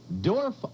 Dorf